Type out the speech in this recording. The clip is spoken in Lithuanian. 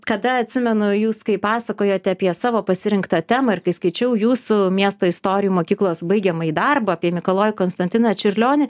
kada atsimenu jūs kai pasakojote apie savo pasirinktą temą ir kai skaičiau jūsų miesto istorijų mokyklos baigiamąjį darbą apie mikalojų konstantiną čiurlionį